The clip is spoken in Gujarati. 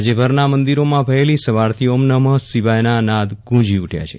રાજ્યભરના મંદિરોમાં વહેલી સવારથી ઓમ નમ શિવાયના નાદ ગુંજી ઉઠ્યા છે